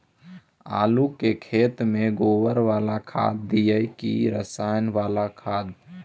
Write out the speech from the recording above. आलू के खेत में गोबर बाला खाद दियै की रसायन बाला खाद?